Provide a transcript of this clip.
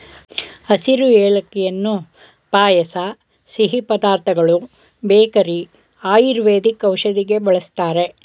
ಹಸಿರು ಏಲಕ್ಕಿಯನ್ನು ಪಾಯಸ ಸಿಹಿ ಪದಾರ್ಥಗಳು ಬೇಕರಿ ಆಯುರ್ವೇದಿಕ್ ಔಷಧಿ ಬಳ್ಸತ್ತರೆ